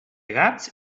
gats